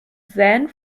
sand